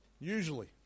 Usually